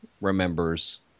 remembers